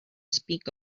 speak